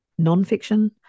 nonfiction